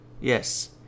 Yes